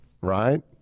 right